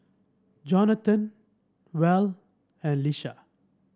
Jonathon Val and Lisha